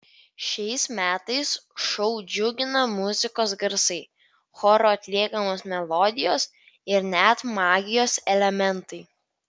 šiais metais šou džiugina muzikos garsai choro atliekamos melodijos ir net magijos elementai